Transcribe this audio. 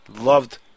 loved